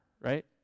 right